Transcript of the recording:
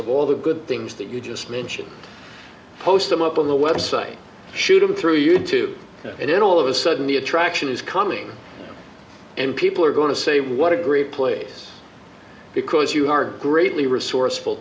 of all the good things that you just mentioned post them up on the website shoot them through you tube and all of a sudden the attraction is coming and people are going to say what a great place because you are greatly resourceful